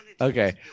Okay